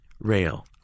rail